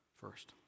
first